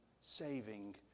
saving